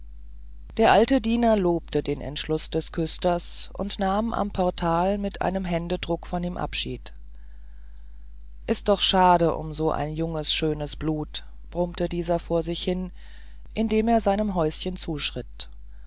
der alte diener lobte den entschluß des küsters und nahm am portal mit einem händedruck von ihm abschied ist doch schade um ein so junges schönes blut brummte dieser vor sich hin indem er seinem häuschen zuschritt